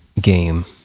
game